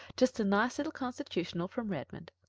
just a nice little constitutional from redmond.